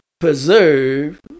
Preserve